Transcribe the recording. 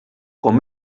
com